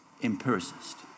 empiricist